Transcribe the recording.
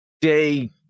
day